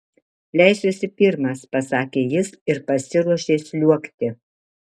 leisiuosi pirmas pasakė jis ir pasiruošė sliuogti